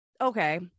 okay